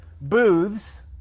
booths